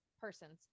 persons